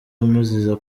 amuziza